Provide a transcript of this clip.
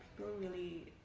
really,